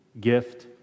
gift